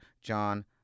John